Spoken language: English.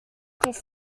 could